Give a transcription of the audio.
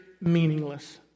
meaningless